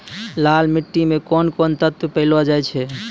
लाल मिट्टी मे कोंन कोंन तत्व पैलो जाय छै?